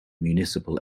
municipal